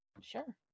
Sure